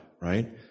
right